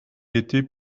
était